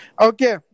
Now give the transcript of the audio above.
Okay